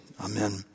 Amen